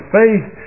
faith